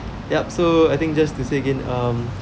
yup so I think just to say again um